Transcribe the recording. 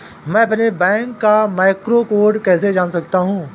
मैं अपने बैंक का मैक्रो कोड कैसे जान सकता हूँ?